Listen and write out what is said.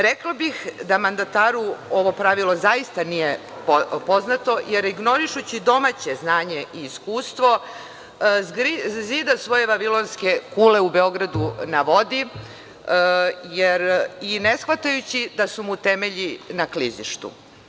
Rekla bih da mandataru ovo pravilo zaista nije poznato, jer ignorišući domaće znanje i iskustvo zida svoje vavilonske kule u Beogradu na vodi, jer i ne shvatajući da su mu temelji na klizištu.